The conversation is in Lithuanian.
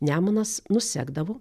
nemunas nusekdavo